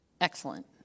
Excellent